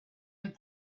and